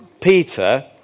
Peter